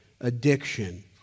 addiction